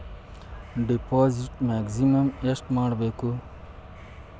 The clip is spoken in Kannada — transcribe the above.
ಡಿಪಾಸಿಟ್ ಮ್ಯಾಕ್ಸಿಮಮ್ ಎಷ್ಟು ಮಾಡಬೇಕು?